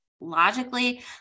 logically